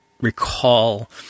recall